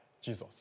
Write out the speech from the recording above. Jesus